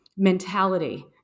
Mentality